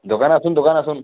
দোকানে আসুন দোকানে আসুন